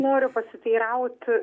noriu pasiteiraut